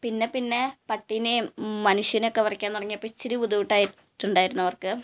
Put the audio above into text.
പിന്നെപ്പിന്നെ പട്ടീനെയും മനുഷ്യനെ ഒക്കെ വരയ്ക്കാൻ തുടങ്ങിയപ്പോൾ ഇച്ചിരി ബുദ്ധിമുട്ടായിട്ടുണ്ടായിരുന്നു അവർക്ക്